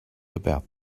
about